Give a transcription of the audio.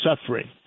suffering